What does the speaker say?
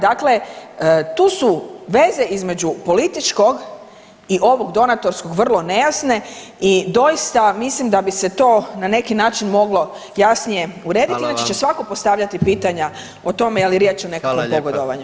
Dakle, tu su veze između političkog i ovog donatorskog vrlo nejasne i doista mislim da bi se to na neki način moglo jasnije urediti [[Upadica: Hvala vam.]] i da će svako postavljati pitanja o tome je li riječ o nekakvom pogodovanju.